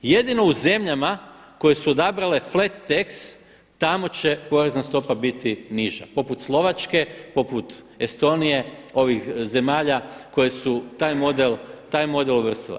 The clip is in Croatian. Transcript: Jedino u zemljama koje su odabrale flat tax tamo će porezna stopa biti niža poput Slovačke, poput Estonije, ovih zemalja koje su taj model uvrstile.